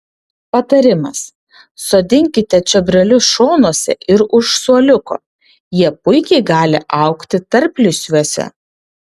patarimas sodinkite čiobrelius šonuose ir už suoliuko jie puikiai gali augti tarplysviuose